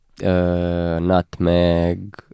nutmeg